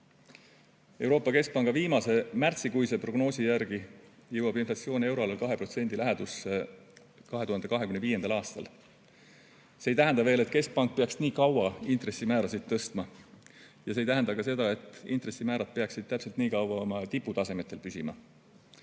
Euroopa Keskpanga viimase, märtsikuise prognoosi järgi jõuab inflatsioon euroalal 2% lähedusse 2025. aastal. See ei tähenda veel, et keskpank peaks nii kaua intressimäärasid tõstma. Ja see ei tähenda ka seda, et intressimäärad peaksid täpselt nii kaua oma tiputasemetel püsima.